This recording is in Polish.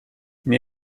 nie